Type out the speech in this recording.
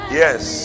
yes